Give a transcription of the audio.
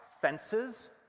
fences